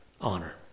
honor